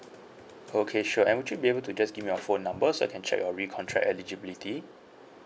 okay sure and would you be able to just give me your phone number so I can check your recontract eligibility